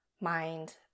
mind